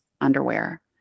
underwear